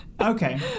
Okay